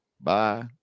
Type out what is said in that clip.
Bye